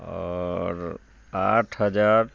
आओर आठ हजार